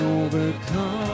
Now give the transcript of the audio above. overcome